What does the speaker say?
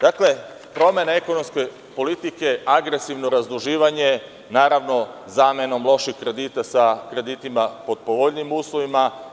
Dakle, promena ekonomske politike, agresivno razduživanje, naravno zamenom loših kredita sa kreditima pod povoljnijim uslovima.